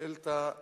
שאילתא מס'